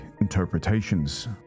interpretations